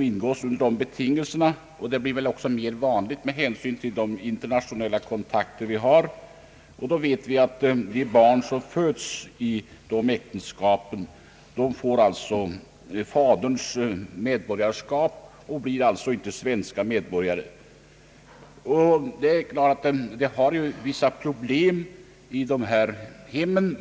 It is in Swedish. ingås under dessa betingelser, och det blir väl också vanligare med hänsyn till de internationella kontakter vi har. De barn som föds i dessa äktenskap får faderns medborgarskap och blir alltså inte svenska medborgare. Detta medför vissa problem i hemmen.